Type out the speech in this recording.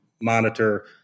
monitor